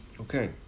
Okay